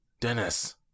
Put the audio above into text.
Dennis